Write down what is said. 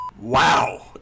Wow